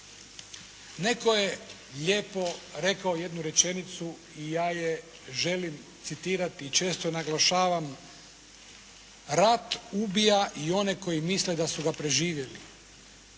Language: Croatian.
Netko je lijepo rekao jednu rečenicu i ja je želim citirati i često naglašavam: "Rat ubija i one koji misle da su ga preživjeli!".